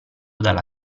dalla